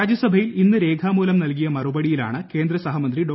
രാജ്യസഭയിൽ ഇന്ന് രേഖാമൂലം നൽകിയ മറൂപ്പടിയിലാണ് കേന്ദ്ര സഹമന്ത്രി ഡോ